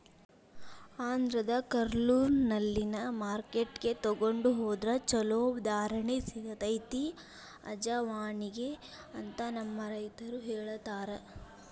ಆಂಧ್ರದ ಕರ್ನೂಲ್ನಲ್ಲಿನ ಮಾರ್ಕೆಟ್ಗೆ ತೊಗೊಂಡ ಹೊದ್ರ ಚಲೋ ಧಾರಣೆ ಸಿಗತೈತಿ ಅಜವಾನಿಗೆ ಅಂತ ನಮ್ಮ ರೈತರು ಹೇಳತಾರ